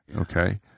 okay